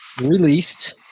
Released